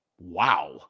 Wow